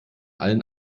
allen